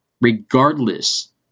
Regardless